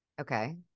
Okay